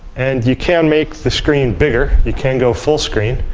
and you can make the screen bigger. you can go full screen.